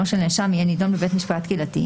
של נאשם יהיה נידון בבית משפט קהילתי,